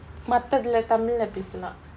மத்ததுல:mathathula tamil leh பேசலாம்:pesalaam